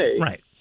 Right